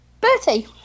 Bertie